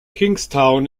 kingstown